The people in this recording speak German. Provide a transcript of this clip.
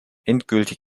endgültig